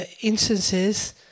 instances